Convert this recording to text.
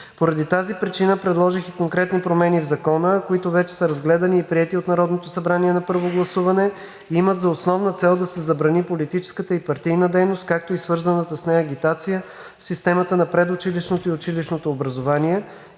Поради тази причина предложих конкретни промени в Закона, които вече са разгледани и приети от Народното събрание на първо гласуване и имат за основна цел да се забрани политическата и партийната дейност, както и свързаната с нея агитация в системата на предучилищното и училищното образование,